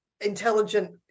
intelligent